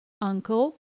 uncle